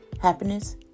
happiness